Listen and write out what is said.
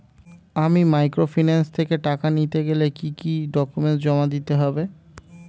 আমি মাইক্রোফিন্যান্স থেকে টাকা নিতে গেলে কি কি ডকুমেন্টস জমা দিতে হবে?